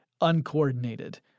uncoordinated